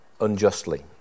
unjustly